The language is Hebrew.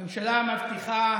הממשלה מבטיחה